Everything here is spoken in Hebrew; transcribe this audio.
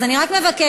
אז אני רק מבקשת,